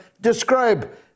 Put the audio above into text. Describe